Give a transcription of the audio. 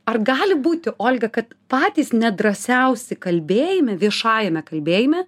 ar gali būti olga kad patys nedrąsiausi kalbėjime viešajame kalbėjime